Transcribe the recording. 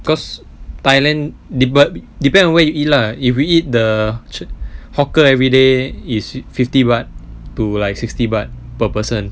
cause thailand depend depend on what you eat lah if we eat the cheap hawker everyday is fifty baht to like sixty baht per person